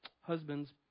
Husbands